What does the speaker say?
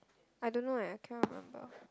I don't know eh I cannot remember